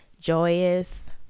joyous